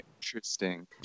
interesting